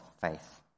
faith